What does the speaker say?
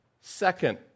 second